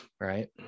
Right